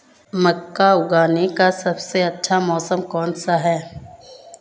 मक्का उगाने का सबसे अच्छा मौसम कौनसा है?